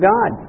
God